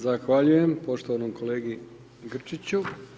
Zahvaljujem poštovanom kolegi Grčiću.